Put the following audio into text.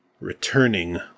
returning